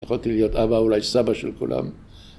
יכלתי להיות אבא, אולי סבא של כולם,